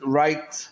right